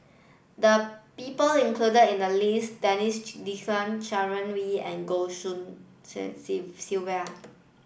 the people included in the list Denis D'Cotta Sharon Wee and Goh Tshin En Sylvia